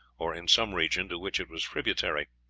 or in some region to which it was tributary.